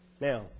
Now